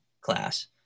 class